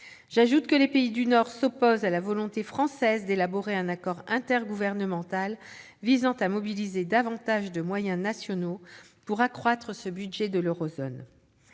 J'ajoute que les pays du Nord s'opposent à la volonté française d'élaborer un accord intergouvernemental visant à mobiliser davantage de moyens nationaux pour accroître ce budget de l'eurozone.